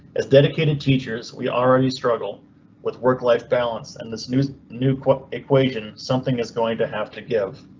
as dedicated teachers, we already struggle with work life balance and this new new equation something is going to have to give.